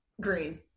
green